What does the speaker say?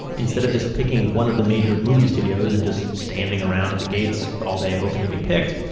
instead of just picking one of the major movie studios and just standing around at the gates all day hoping to be picked,